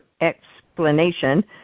explanation